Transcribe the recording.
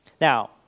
Now